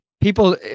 people